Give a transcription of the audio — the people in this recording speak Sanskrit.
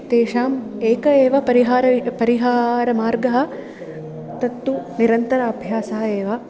तेषाम् एकः एव परिहारः परिहारमार्गः तत्तु निरन्तराभ्यासः एव